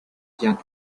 giant